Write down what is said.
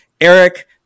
Eric